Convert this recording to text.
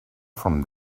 from